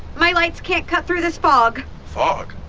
my lights can't cut through this fog fog?